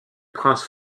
prince